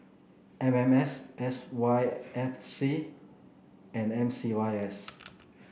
M M S S Y F C and M C Y S